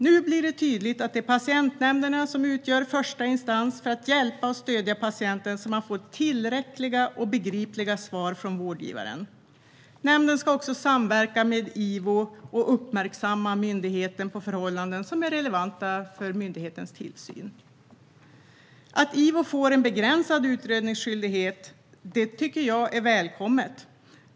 Nu blir det tydligt att det är patientnämnderna som utgör första instans för att hjälpa och stödja patienten så att man får tillräckliga och begripliga svar från vårdgivaren. Nämnderna ska också samverka med IVO och uppmärksamma myndigheten på förhållanden som är relevanta för myndighetens tillsyn. Att IVO får en begränsad utredningsskyldighet tycker jag är välkommet.